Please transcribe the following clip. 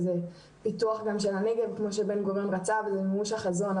שזה פיתוח של הנגב כמו שבן גוריון רצה וזה מימוש החזון.